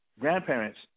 grandparents